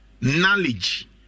knowledge